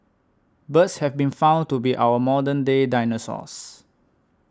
birds have been found to be our modern day dinosaurs